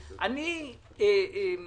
בשום פנים ואופן עד שתוקם